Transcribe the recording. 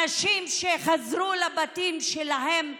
אנשים שחזרו לבתים שלהם ונורו,